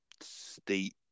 state